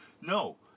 No